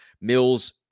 Mills